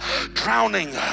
drowning